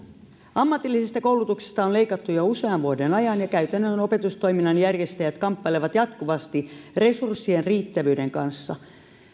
ammatillisesta koulutuksesta on leikattu jo usean vuoden ajan ja käytännön opetustoiminnan järjestäjät kamppailevat jatkuvasti resurssien riittävyyden kanssa